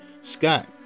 scott